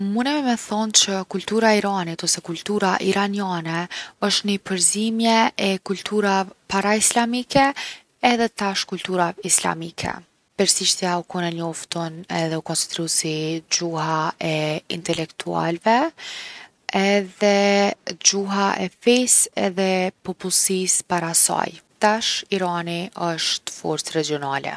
Munemi me thon' që kultura e Iranit, ose kultura Iraniane, osht ni përzimje paraislamike edhe tash kulturave islamike. Persishtja u kon e njoftun edhe u konsideru si gjuha e intelektualve edhe gjuha e fesë edhe popullsis' para saj. Tash Irani osht forcë regjionale.